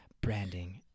Branding